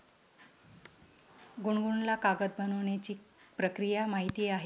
गुनगुनला कागद बनवण्याची प्रक्रिया माहीत आहे